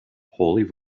holy